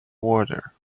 water